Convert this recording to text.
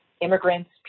immigrants